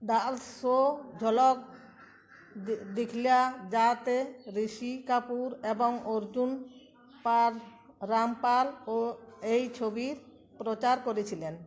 dance show Jhalak দি দিখলা যা তে ঋষি কাপুর এবং অর্জুন পাল রামপাল ও এই ছবির প্রচার করেছিলেন